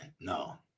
no